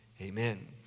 amen